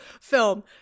film